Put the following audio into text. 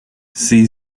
see